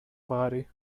body